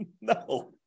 No